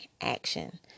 action